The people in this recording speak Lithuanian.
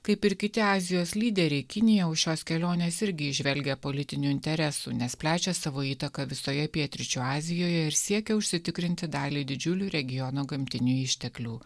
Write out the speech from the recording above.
kaip ir kiti azijos lyderiai kinija už šios kelionės irgi įžvelgia politinių interesų nes plečia savo įtaką visoje pietryčių azijoje ir siekia užsitikrinti dalį didžiulių regiono gamtinių išteklių